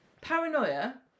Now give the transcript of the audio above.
Paranoia